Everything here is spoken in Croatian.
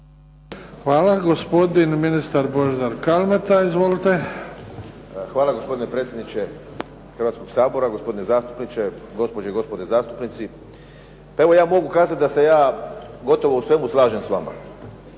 Hvala. Gospodin ministar Božidar Kalmeta. Izvolite. **Kalmeta, Božidar (HDZ)** Hvala. Gospodine predsjedniče Hrvatskoga sabora, gospodine zastupniče, gospođe i gospodo zastupnici. Pa evo, ja mogu kazati da se ja gotovo u svemu slažem s vama.